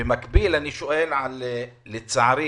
במקביל אני שואל לצערי